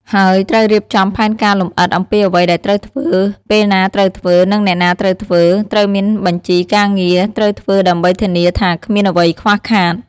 ហើយត្រូវរៀបចំផែនការលម្អិតអំពីអ្វីដែលត្រូវធ្វើ ពេលណាត្រូវធ្វើ និងអ្នកណាត្រូវធ្វើ ត្រូវមានបញ្ជីការងារត្រូវធ្វើដើម្បីធានាថាគ្មានអ្វីខ្វះខាត។